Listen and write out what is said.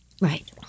Right